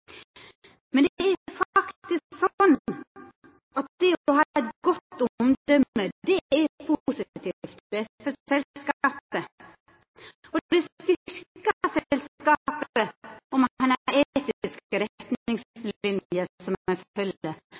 Men det er faktisk sånn at det å ha eit godt omdømme er positivt for selskapet. Det styrkjer selskapet om ein har etiske retningslinjer som ein følgjer. Det styrkjer selskapet